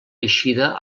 eixida